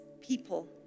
people